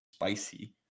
Spicy